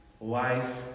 Life